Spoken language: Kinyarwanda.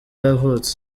yavutse